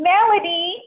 Melody